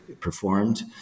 performed